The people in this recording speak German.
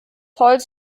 holz